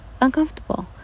uncomfortable